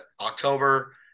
October